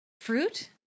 fruit